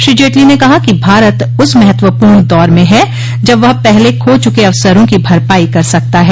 श्री जेटली ने कहा कि भारत उस महत्वपूर्ण दौर में है जब वह पहले खो चुके अवसरों की भरपाई कर सकता है